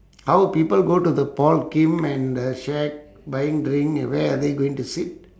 how would people go to the paul kim and the shack buying drink and where are they going to sit